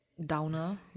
Downer